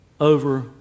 over